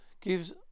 Gives